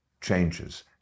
changes